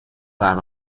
قهوه